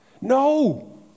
No